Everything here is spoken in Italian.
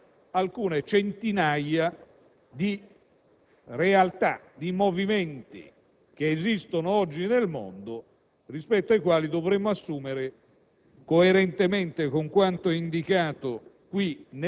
Ribadisco l'inaccettabilità per il Governo di questo ordine del giorno, perché se iniziamo ad introdurre un meccanismo di sostegno da parte del Governo